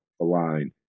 align